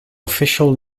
official